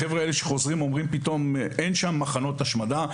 החבר'ה האלה שחוזרים אומרים שאין שם מחנות השמדה,